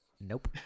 nope